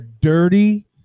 dirty